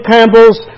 Campbell's